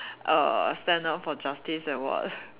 err stand up for justice and what